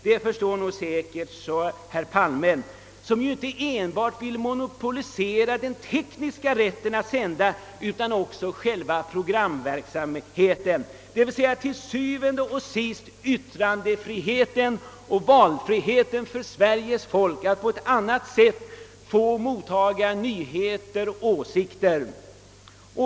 Det förstår säkerligen herr Palme, som inte enbart vill monopolisera den tekniska rätten att sända utan också själva programverksamheten, d.v.s. til syvende og sidst yttrandefriheten och valfriheten för Sveriges folk att på annan väg få mottaga nyheter och åsikter.